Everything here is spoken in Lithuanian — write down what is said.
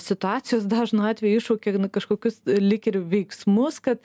situacijos dažnu atveju iššaukia na kažkokius lyg ir veiksmus kad